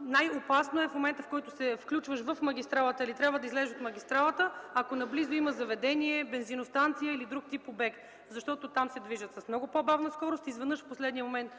най-опасно е в момента, в който се включваш в магистралата или трябва да излезеш от нея, ако наблизо има заведение, бензиностанция или друг тип обект, защото там се движат с много по-бавна скорост. Изведнъж, в последния момент,